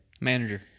Manager